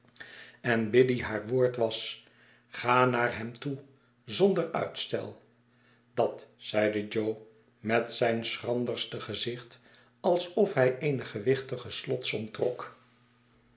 en biddy haar woord was ga naar hem toe zonder uitstel dat zeide jo met zijn schranderste gezicht alsof hij eene gewichtige slotsom trok